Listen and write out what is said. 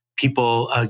People